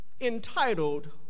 entitled